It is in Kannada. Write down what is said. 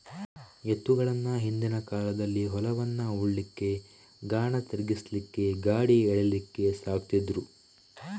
ಎತ್ತುಗಳನ್ನ ಹಿಂದಿನ ಕಾಲದಲ್ಲಿ ಹೊಲವನ್ನ ಉಳ್ಲಿಕ್ಕೆ, ಗಾಣ ತಿರ್ಗಿಸ್ಲಿಕ್ಕೆ, ಗಾಡಿ ಎಳೀಲಿಕ್ಕೆ ಸಾಕ್ತಿದ್ರು